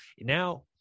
now